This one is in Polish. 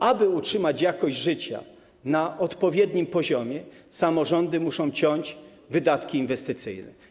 Aby utrzymać jakość życia na odpowiednim poziomie, samorządy muszą ciąć wydatki inwestycyjne.